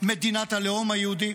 מדינת הלאום היהודי?